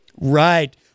Right